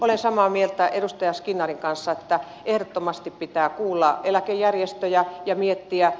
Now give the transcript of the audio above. olen samaa mieltä edustaja skinnarin kanssa että ehdottomasti pitää kuulla eläkejärjestöjä ja miettiä